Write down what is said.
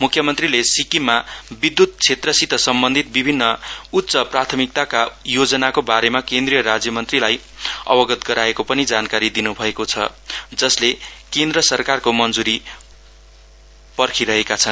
मुख्यमन्त्रीले सिक्किममा विदयुत क्षेत्रसित सम्बन्धित विभिन्न उच्च प्राथमिकताका योजनाको बारेमा केन्द्रिय मन्त्रीलाई अवगत गराएको पनि जानकारी दिन् भयो जसले केन्द्र सरकारको मञ्ज्री पर्खीरहेका छन्